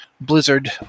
Blizzard